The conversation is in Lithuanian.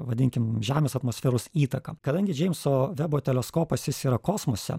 vadinkim žemės atmosferos įtaką kadangi džeimso vebo teleskopas jis yra kosmose